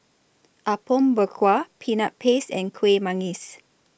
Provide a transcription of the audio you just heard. Apom Berkuah Peanut Paste and Kueh Manggis